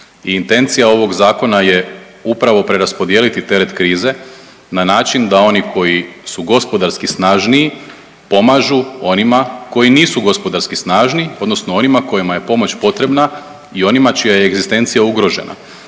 intencija ovog zakona je upravo preraspodijeliti teret krize na način da oni koji su gospodarski snažniji pomažu onima koji nisu gospodarski snažniji, odnosno onima kojima je pomoć potrebna i onima čija je egzistencija ugrožena.